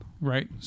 right